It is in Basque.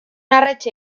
arretxe